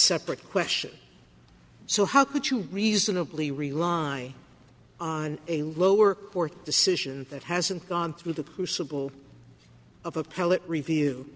separate question so how could you reasonably rely on a lower court decision that hasn't gone through the crucible of appellate review